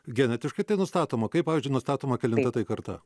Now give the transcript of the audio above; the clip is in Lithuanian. genetiškai nustatoma kaip pavyzdžiui nustatoma kelinta tai karta